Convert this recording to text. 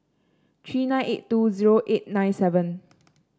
three nine eight two zero eight nine seven